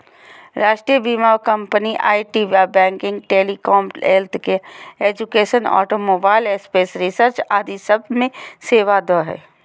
राष्ट्रीय बीमा company IT, banking, telecom, healthcare, education, automobile, space research आदि सब मे सेवा देवो हय